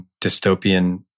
dystopian